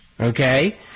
Okay